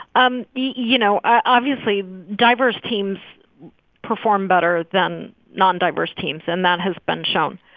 um you know, obviously, diverse teams perform better than non-diverse teams, and that has been shown.